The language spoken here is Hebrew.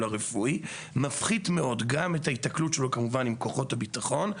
הרפואי מפחיתה מאוד את ההיתקלות שלו עם כוחות הביטחון,